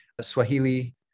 Swahili